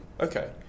Okay